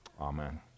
Amen